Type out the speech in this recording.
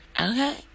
Okay